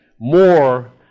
more